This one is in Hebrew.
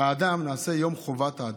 האדם נעשה יום חובת האדם.